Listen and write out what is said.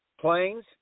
planes